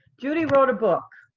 judy wrote a book.